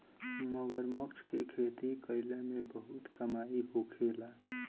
मगरमच्छ के खेती कईला में बहुते कमाई होखेला